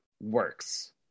works